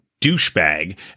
douchebag